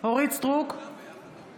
אורית מלכה סטרוק,